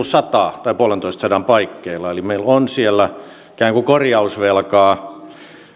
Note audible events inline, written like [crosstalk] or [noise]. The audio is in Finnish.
[unintelligible] sata tai puolentoista sadan paikkeilla eli meillä on sitä ikään kuin korjausvelkaa